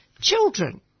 children